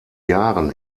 jahren